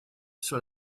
sur